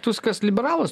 tuskas liberalas